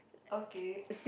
okay